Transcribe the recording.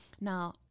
Now